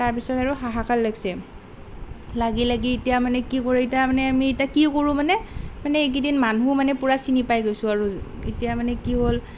তাৰ পিছত আৰু হাহাকাৰ লাগিছে লাগি লাগি এতিয়া মানে কি কৰোঁ এতিয়া মানে আমি এতিয়া কি কৰোঁ মানে মানে এইকেইদিন মানুহ মানে পূৰা চিনি পাই গৈছোঁ আৰু এতিয়া মানে কি হ'ল